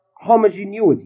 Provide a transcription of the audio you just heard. homogeneity